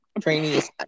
Trainees